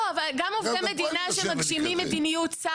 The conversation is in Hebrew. הפתיחה הזאת מדאיגה אותי.